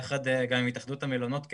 יחד גם עם התאחדות המלונות,